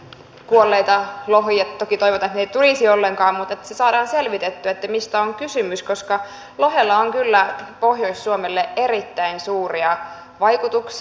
toki toivotaan että niitä ei tulisi ollenkaan mutta myös että saadaan selvitettyä mistä on kysymys koska lohella on kyllä pohjois suomelle erittäin suuria vaikutuksia